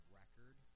record